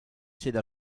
cede